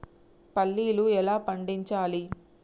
పల్లీలు ఎలా పండించాలి?